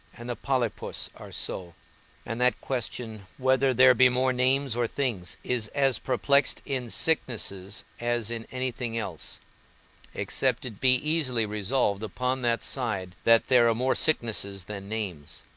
and the polypus are so and that question whether there be more names or things, is as perplexed in sicknesses as in any thing else except it be easily resolved upon that side that there are more sicknesses than names.